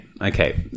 Okay